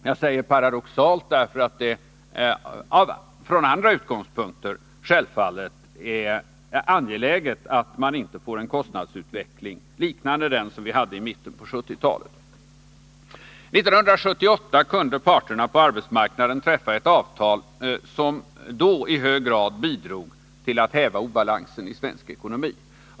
Jag säger paradoxalt, därför att det från andra utgångspunkter självfallet är angeläget att vi inte får en kostnadsutveckling liknande den vi hade i mitten av 1970-talet. 1978 kunde parterna på arbetsmarknaden träffa ett avtal, som då i hög grad bidrog till att häva obalansen i svensk ekonomi.